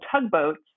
tugboats